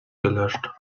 gelöscht